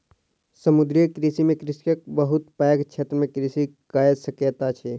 समुद्रीय कृषि में कृषक बहुत पैघ क्षेत्र में कृषि कय सकैत अछि